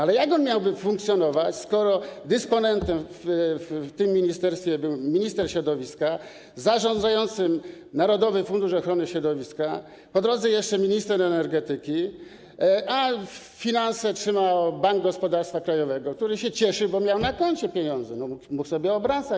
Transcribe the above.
Ale jak on miałby funkcjonować, skoro dysponentem w tym ministerstwie był minister środowiska, zarządzającym - Narodowy Fundusz Ochrony Środowiska, po drodze był jeszcze minister energetyki, a finanse trzymał Bank Gospodarstwa Krajowego, który się cieszył, bo miał na koncie pieniądze i mógł sobie nimi obracać?